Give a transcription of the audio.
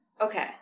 Okay